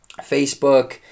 Facebook